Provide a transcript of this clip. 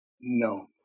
No